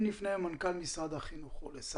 אני אתך.